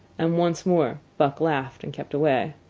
and once more buck laughed and kept away.